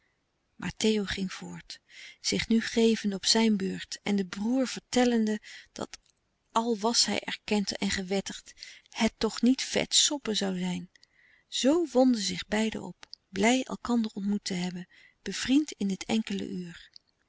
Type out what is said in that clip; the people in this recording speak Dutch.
maar theo ging voort zich nu gevende op zijn beurt en den broêr vertellende dat al was hij erkend en gewettigd het toch niet vet soppen zoû zijn zoo wonden zij zich beiden op blij elkander ontmoet te hebben bevriend in dit enkele uur